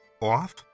off